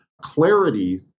clarity